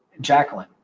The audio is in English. Jacqueline